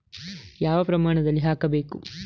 ಯಾವ ಪ್ರಮಾಣದಲ್ಲಿ ಹಾಕಬೇಕು?